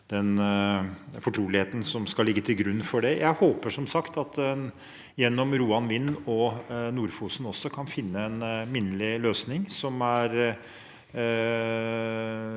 den fortroligheten som skal ligge til grunn for dette. Jeg håper som sagt at en gjennom Roan Vind og Nord-Fosengruppen også kan finne en minnelig løsning som er